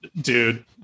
dude